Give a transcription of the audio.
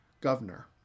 governor